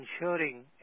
ensuring